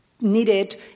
needed